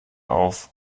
auf